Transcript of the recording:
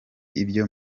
ibyo